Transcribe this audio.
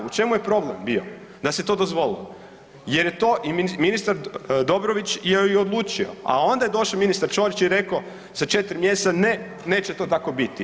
U čemu je problem bio da se to dozvolilo jer je to ministar Dobrović i odlučio, a onda je došao ministar Ćorić i rekao za 4 mjeseca ne neće to tako biti.